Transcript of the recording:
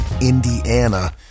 Indiana